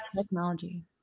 technology